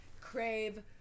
crave